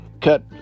cut